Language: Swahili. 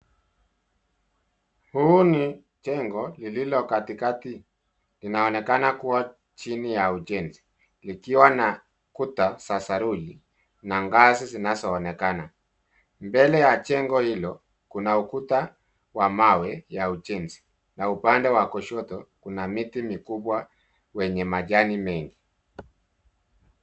Huu ni jengo lililo katikati. Inaonekana kuwa chini ya ujenzi, likiwa na kuta za saruji na ngazi zinazoonekana. Mbele ya jengo hilo, kuna ukuta wa mawe ya ujenzi na upande wa kushoto kuna miti mikubwa wenye majani mengi.